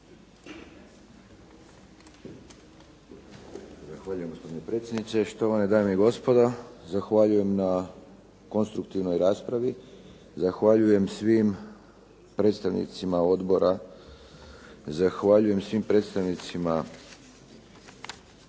Kruno** Gospodine predsjedniče, štovane dame i gospodo. Zahvaljujem na konstruktivnoj raspravi. Zahvaljujem svim predstavnicima odbora, zahvaljujem svim predstavnicima